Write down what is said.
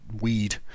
weed